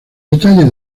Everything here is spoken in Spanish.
detalles